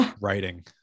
writing